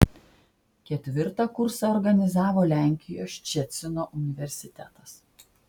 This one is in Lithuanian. ketvirtą kursą organizavo lenkijos ščecino universitetas